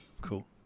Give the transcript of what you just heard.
cool